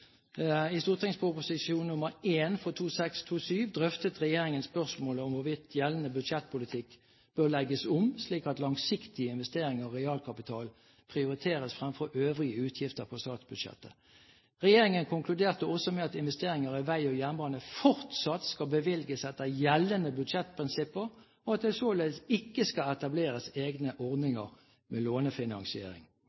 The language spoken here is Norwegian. fornyelse? Det ble en rekordkort flørt med nye finansieringsordninger. Dagen etter, den 23. mars 2010, avlyste finansministeren dette. Han sa bl.a. her i Stortinget: «I St.prp. nr. 1 for 2006–2007 drøftet Regjeringen spørsmålet om hvorvidt gjeldende budsjettpolitikk bør legges om slik at langsiktige investeringer i realkapital prioriteres framfor øvrige utgifter på statsbudsjettet. Regjeringen konkluderte også med at investeringer i veg og jernbane fortsatt skal bevilges etter gjeldende